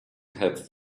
have